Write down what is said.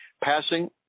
passing